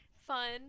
fun